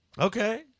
Okay